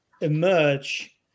emerge